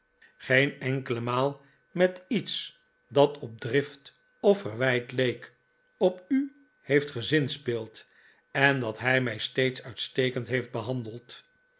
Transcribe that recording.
geen enkele maal met iets dat op drift of verwijt leek op u heeft gezinspeeld en dat hij mij steeds uitstekend heeft behandeld